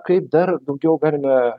kaip dar daugiau galime